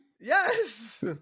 yes